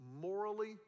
morally